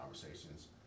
conversations